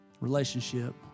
Relationship